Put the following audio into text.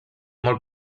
molt